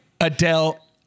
Adele